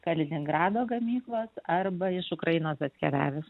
kaliningrado gamyklos arba iš ukrainos atkeliavęs